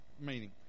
meaning